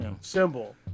symbol